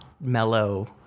mellow